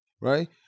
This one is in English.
right